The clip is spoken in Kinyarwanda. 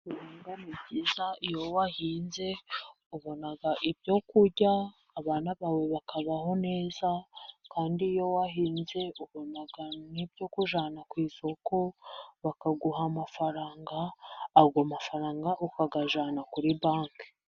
Guhinga ni byiza, iyo wahinze ubona ibyo kurya, abana bawe bakabaho neza. Kandi iyo wahinze ubona ibyo kujyana ku isoko bakaguha amafaranga ukayajyana kuri banki.